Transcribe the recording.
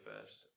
first